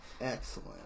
Excellent